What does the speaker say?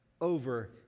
over